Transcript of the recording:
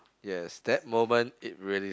yes that moment it really